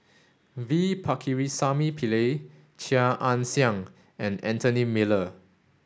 V Pakirisamy Pillai Chia Ann Siang and Anthony Miller